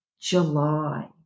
July